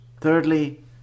thirdly